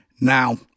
Now